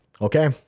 Okay